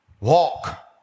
Walk